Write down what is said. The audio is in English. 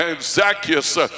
Zacchaeus